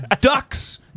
ducks